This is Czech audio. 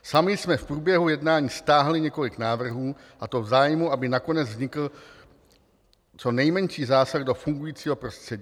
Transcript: Sami jsme v průběhu jednání stáhli několik návrhů, a to v zájmu, aby nakonec vznikl co nejmenší zásah do fungujícího prostředí.